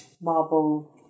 marble